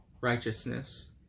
righteousness